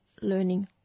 learning